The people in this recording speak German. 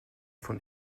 von